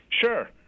Sure